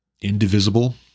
indivisible